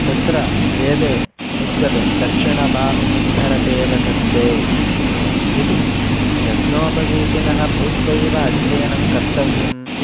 तत्र वेदे उच्यते दक्षिणबाहुमुद्धरतेव धत्ते इति यज्ञोपवीतिनः भूत्वैव अध्ययनं कर्तव्यम् इति